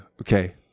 Okay